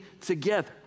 together